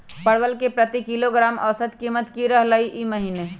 परवल के प्रति किलोग्राम औसत कीमत की रहलई र ई महीने?